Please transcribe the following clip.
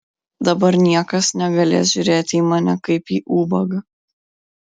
dabar niekas negalės žiūrėti į mane kaip į ubagą